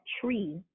tree